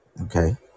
Okay